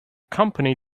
company